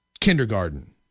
kindergarten